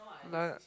none